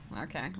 okay